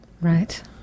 Right